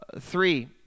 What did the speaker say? three